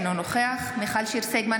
אינו נוכח מיכל שיר סגמן,